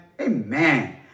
amen